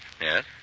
Yes